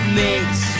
makes